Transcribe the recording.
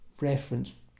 reference